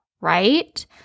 right